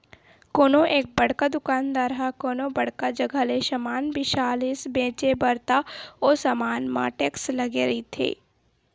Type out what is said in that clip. कोनो एक बड़का दुकानदार ह कोनो बड़का जघा ले समान बिसा लिस बेंचे बर त ओ समान म टेक्स लगे रहिथे